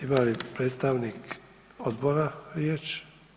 Ima li predstavnik odbora riječ?